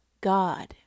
God